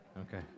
Okay